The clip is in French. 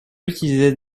utiliser